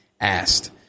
asked